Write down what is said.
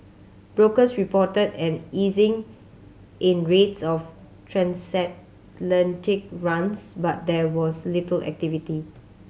brokers reported an easing in rates of transatlantic runs but there was little activity